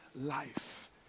life